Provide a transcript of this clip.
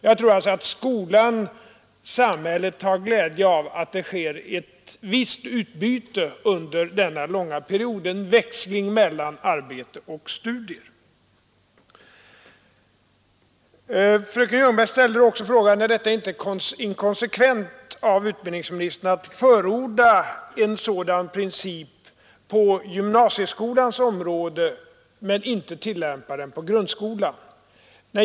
Jag tror att skolan och samhället har glädje av att det sker ett visst utbyte under denna långa period, en växling mellan arbete och studier. Fröken Ljungberg ställde också frågan: Är det inte inkonsekvent av utbildningsministern att förorda en sådan princip på gymnasieskolans område men att inte tillämpa den på grundskolan?